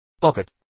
Pocket